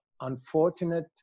unfortunate